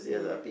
yeah